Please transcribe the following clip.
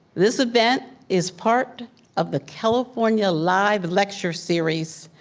this event is part of the california live lecture series,